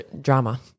Drama